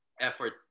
effort